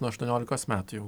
nuo aštuoniolikos metų jau